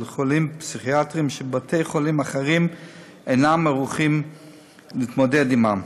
חולים פסיכיאטריים שבתי-חולים אחרים אינם ערוכים להתמודד עמם.